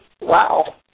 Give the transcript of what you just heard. Wow